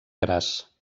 gras